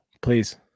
Please